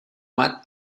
amat